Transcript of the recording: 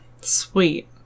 Sweet